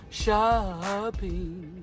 shopping